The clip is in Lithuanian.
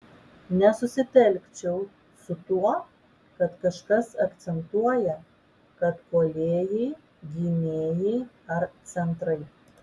nesusitelkčiau su tuo kad kažkas akcentuoja kad puolėjai gynėjai ar centrai